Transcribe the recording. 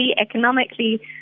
economically